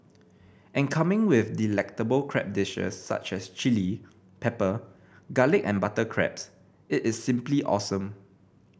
and coming with delectable crab dishes such as chilli pepper garlic and butter crabs it is simply awesome